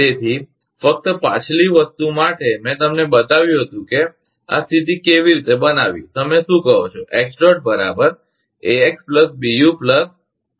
તેથી ફક્ત પાછલી વસ્તુ માટે મેં તમને બતાવ્યું છે કે આ સ્થિતી કેવી રીતે બનાવવી તમે શું કહો છો Ẋ AX BU p રૂપફોર્મ